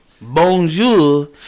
bonjour